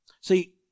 See